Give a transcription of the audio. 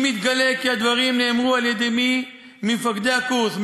אם יתגלה כי הדברים נאמרו על-ידי מי ממפקדי הקורס,